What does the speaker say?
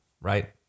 right